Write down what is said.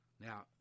Now